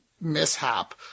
mishap